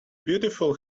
beautiful